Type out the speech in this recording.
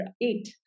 eight